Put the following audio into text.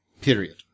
Period